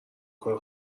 کار